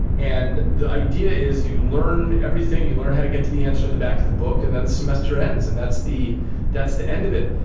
and the idea is you learn everything, you learn how to get to the answer in the back of the book, and then the semester ends and that's the that's the end of it.